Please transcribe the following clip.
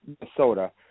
Minnesota